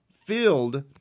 filled